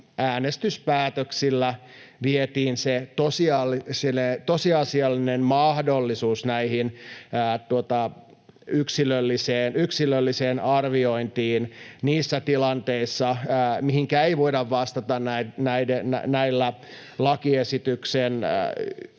äänestyspäätöksillä vietiin se tosiasiallinen mahdollisuus tähän yksilölliseen arviointiin niissä tilanteissa, mihinkä ei voida vastata näillä lakiesityksen